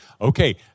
okay